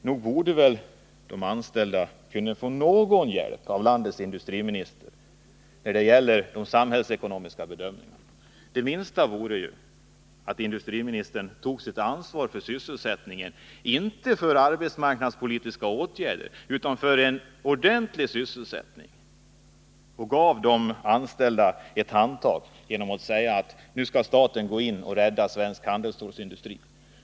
Nog borde väl de anställda kunna få någon hjälp av landets industriminister när det gäller de samhällsekonomiska bedömningarna. Det minsta man kan begära vore ju att industriministern tog sitt ansvar för sysselsättningen — inte för arbetsmarknadspolitiska åtgärder utan för en ordentlig sysselsättning — och gav de anställda ett handtag genom att säga att nu skall staten gå in och rädda svensk handelsstålsindustri.